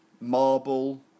Marble